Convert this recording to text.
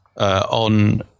on